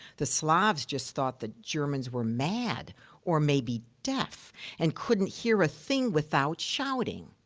the slavs just thought the germans were mad or maybe deaf and couldn't hear a thing without shouting.